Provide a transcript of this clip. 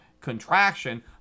contraction